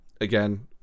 again